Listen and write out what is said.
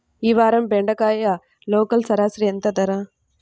ఈ వారం బెండకాయ లోకల్ సరాసరి ధర ఎంత?